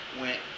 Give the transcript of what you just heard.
went